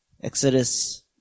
Exodus